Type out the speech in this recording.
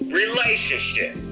relationship